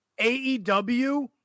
AEW